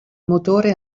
motore